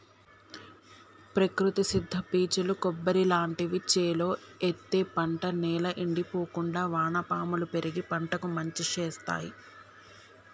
ప్రకృతి సిద్ద పీచులు కొబ్బరి లాంటివి చేలో ఎత్తే పంట నేల ఎండిపోకుండా వానపాములు పెరిగి పంటకు మంచి శేత్తాయ్